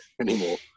anymore